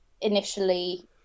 initially